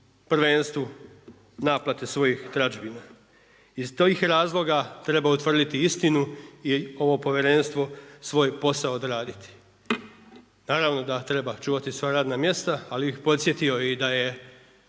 prvenstvu naplate svojih tražbina. Iz tih razloga treba utvrditi istinu i ovo povjerenstvo svoj posao odraditi. Naravno, da treba čuvati svoja radna mjesta, ali bih podsjetio i da je,